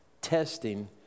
Testing